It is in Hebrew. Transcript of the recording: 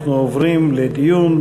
אנחנו עוברים לדיון.